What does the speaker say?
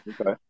Okay